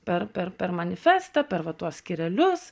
per per per manifestą per va tuos skyrelius